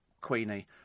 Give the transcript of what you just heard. Queenie